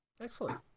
Excellent